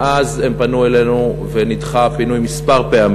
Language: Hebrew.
מאז הם פנו אלינו, והפינוי נדחה כמה פעמים.